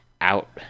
out